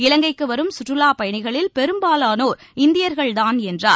இலங்கைக்கு வரும் சுற்றுலாப் பயணிகளில் பெரும்பாலானோர் இந்தியர்கள்தான் என்றார்